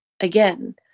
again